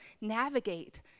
navigate